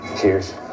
Cheers